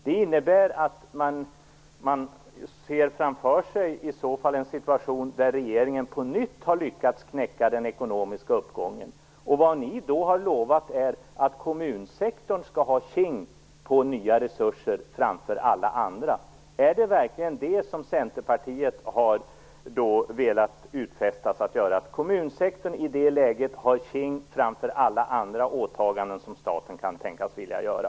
Det innebär att man ser framför sig en situation där regeringen på nytt har lyckats knäcka den ekonomiska uppgången. Då har ni lovat att kommunsektorn skall ha första tjing på nya resurser framför alla andra. Är det verkligen det som Centerpartiet har velat utfästa sig att göra? I det läget har kommunsektorn första tjing framför alla andra åtaganden som staten kan tänkas ha.